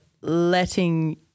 letting